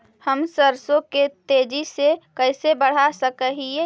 हम सरसों के तेजी से कैसे बढ़ा सक हिय?